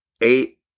eight